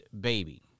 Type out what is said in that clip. baby